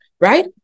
right